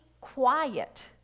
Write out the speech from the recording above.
quiet